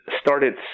started